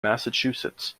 massachusetts